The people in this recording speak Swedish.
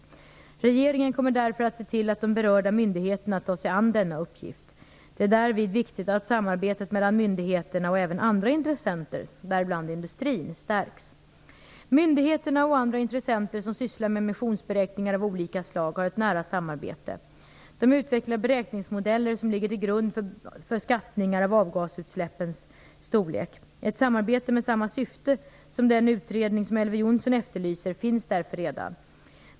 Regeringen kommer därför att se till att de berörda myndigheterna tar sig an denna uppgift. Det är därvid viktigt att samarbetet mellan myndigheterna och även andra intressenter, däribland industrin, stärks. Myndigheterna och andra intressenter som sysslar med emissionsberäkningar av olika slag har ett nära samarbete. De utvecklar beräkningsmodeller som ligger till grund för skattningar av avgasutsläppens storlek. Ett samarbete med samma syfte som den utredning som Elver Jonsson efterlyser finns därför redan.